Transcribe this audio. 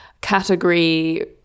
category